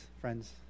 friends